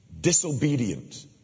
disobedient